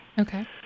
Okay